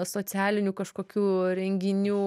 socialinių kažkokių renginių